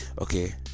okay